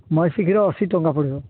ମଇଁଷି କ୍ଷୀର ଅଶୀ ଟଙ୍କା ପଡ଼ିବ